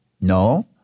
No